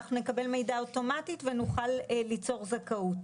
ואנחנו נקבל מידע אוטומטית ונוכל ליצור זכאות.